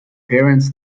parents